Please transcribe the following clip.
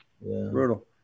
Brutal